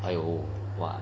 还有 !wah!